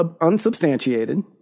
unsubstantiated